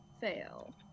fail